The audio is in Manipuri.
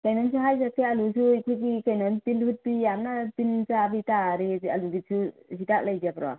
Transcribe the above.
ꯀꯩꯅꯣꯝꯁꯨ ꯍꯥꯏꯖꯔꯛꯀꯦ ꯑꯥꯜꯂꯨꯁꯤ ꯀꯩꯅꯣꯅꯤ ꯇꯤꯜ ꯍꯨꯠꯄꯤ ꯌꯥꯝꯅ ꯇꯤꯜ ꯥꯆꯥꯕꯤ ꯇꯥꯔꯦ ꯑꯥꯜꯂꯨꯁꯤꯁꯨ ꯍꯤꯗꯥꯛ ꯂꯩꯇꯕ꯭ꯔꯣ